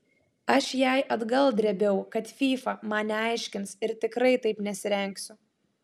aš jai atgal drėbiau kad fyfa man neaiškins ir tikrai taip nesirengsiu